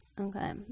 Okay